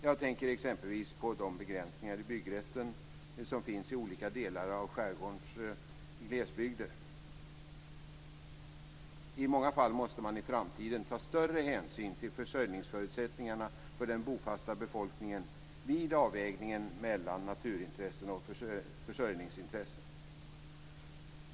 Jag tänker exempelvis på de begränsningar i byggrätten som finns i olika delar av skärgårdens glesbygder. I många fall måste man i framtiden ta större hänsyn till försörjningsförutsättningarna för den bofasta befolkningen vid avvägningen mellan naturintressen och försörjningsintressen.